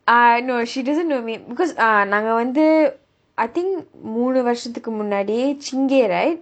uh no she doesn't know me because uh நாங்க வந்து:naanga vanthu I think மூணு வருஷத்துக்கு முன்னாடி:moonu varushathukku munnaadi chingay right